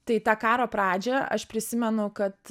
tai tą karo pradžią aš prisimenu kad